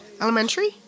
Elementary